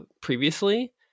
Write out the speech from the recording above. previously